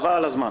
חבל על הזמן.